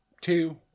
two